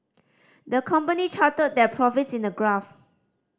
the company charted their profits in a graph